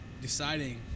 deciding